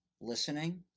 listening